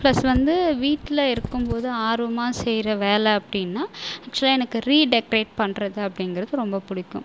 plus வந்து வீட்டில் இருக்கும் போது ஆர்வமாக செய்கிற வேலை அப்படின்னா ஆக்ச்சுவலாக எனக்கு ரீடெகரேட் பண்ணுறது அப்படிங்கறது ரொம்ப பிடிக்கும்